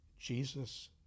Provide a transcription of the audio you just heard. Jesus